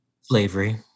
Slavery